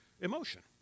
emotion